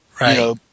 Right